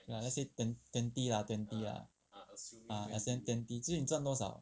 like let's say ten twenty lah twenty lah ah let's say twenty 所以你赚多少